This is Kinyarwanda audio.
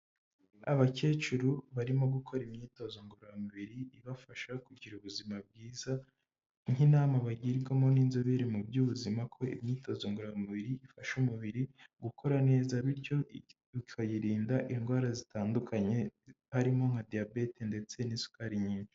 Abakecuru barimo gukora imyitozo ngororamubiri ibafasha kugira ubuzima bwiza nk'inama bagirwarwamo n'inzobere mu by'ubuzima ko imyitozo ngororamubiri ifasha umubiri gukora neza bityo bikayirinda indwara zitandukanye harimo nka diyabete ndetse n'isukari nyinshi.